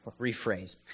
rephrase